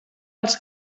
als